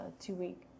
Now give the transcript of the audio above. two-week